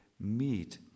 meet